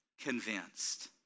convinced